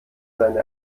seine